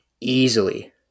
easily